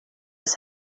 his